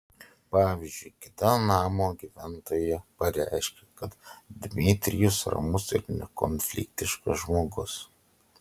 pavyzdžiui kita namo gyventoja pareiškė kad dmitrijus ramus ir nekonfliktiškas žmogus